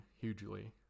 hugely